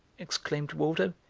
exclaimed waldo.